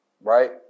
right